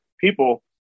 people